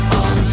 on